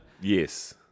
Yes